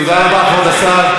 תודה רבה, כבוד השר.